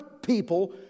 people